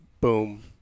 boom